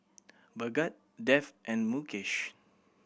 Bhagat Dev and Mukesh